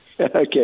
Okay